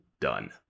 done